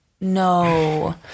no